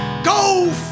Go